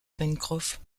pencroff